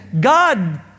God